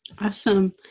Awesome